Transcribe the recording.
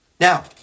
Now